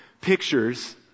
pictures